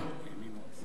איננו.